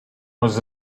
was